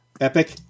Epic